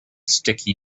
sticky